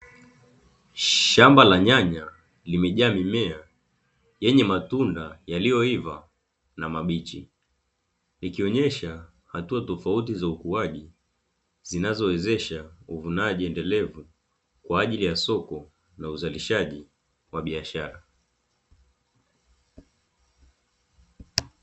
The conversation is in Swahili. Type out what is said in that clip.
Shamba la nyanya limejaa mimea yenye matunda yaliyo iva na mabichi, ikionesha hatua tofauti za ukuaji zinazowezesha uvunaji endelevu kwa ajili ya soko la uzalishaji wa biashara.